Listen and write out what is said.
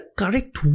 correct